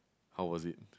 how was it